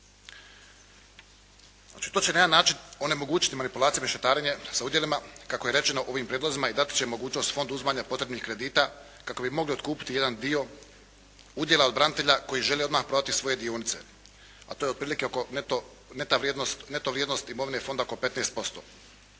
To će na jedan način onemogućiti manipulaciju i mešetarenje sa udjelima kako je rečeno u ovim prijedlozima i dati će mogućnost fondu uzimanja potrebnih kredita kako bi mogli otkupiti jedan dio udjela od branitelja koji žele odmah prodati svoje dionice, a to je otprilike oko neto vrijednosti imovine fonda oko 15%